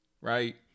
right